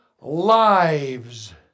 lives